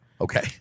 Okay